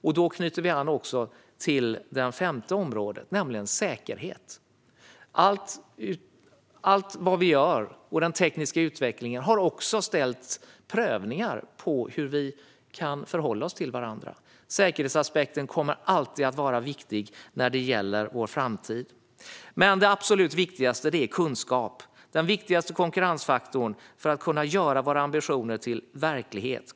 Då knyter vi an till det femte området, nämligen säkerhet. Allt vad vi gör, inklusive den tekniska utvecklingen, innebär prövningar när det gäller hur vi kan förhålla oss till varandra. Säkerhetsaspekten kommer alltid att vara viktig för vår framtid. Men det absolut viktigaste är kunskap. Det är den viktigaste konkurrensfaktorn för att kunna göra våra ambitioner till verklighet.